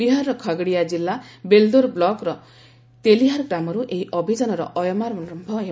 ବିହାରର ଖଗଡିଆ କିଲ୍ଲା ବେଲଦୋର ବ୍ଲକର ତେଲିହାର ଗ୍ରାମରୁ ଏହି ଅଭିଯାନର ଅୟମାରମ୍ଭ ହେବ